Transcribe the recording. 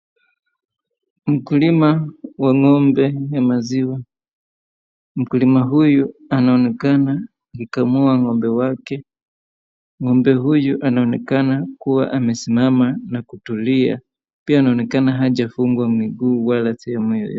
Mkulima wa ng'ombe ya maziwa. Mkulima huyu anaonekana akikamua ng'ombe wake. Ng'ombe huyu anaonekana kuwa amesimama na kutulia. Pia anaonekana hajafungwa miguu wala sehemu yoyote.